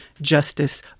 justice